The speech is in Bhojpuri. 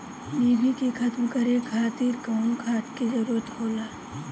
डिभी के खत्म करे खातीर कउन खाद के जरूरत होला?